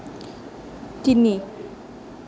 তিনি